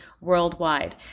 worldwide